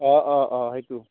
অঁ অঁ অঁ সেইটো